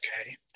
Okay